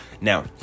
now